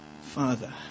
Father